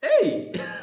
Hey